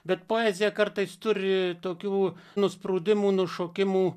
bet poezija kartais turi tokių nusprūdimų nušokimų